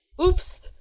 Oops